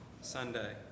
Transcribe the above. Sunday